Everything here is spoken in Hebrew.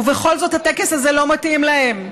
ובכל זאת הטקס הזה לא מתאים להם,